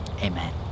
Amen